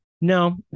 No